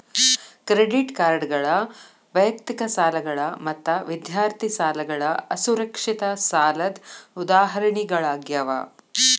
credit ಕಾರ್ಡ್ಗಳ ವೈಯಕ್ತಿಕ ಸಾಲಗಳ ಮತ್ತ ವಿದ್ಯಾರ್ಥಿ ಸಾಲಗಳ ಅಸುರಕ್ಷಿತ ಸಾಲದ್ ಉದಾಹರಣಿಗಳಾಗ್ಯಾವ